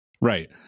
Right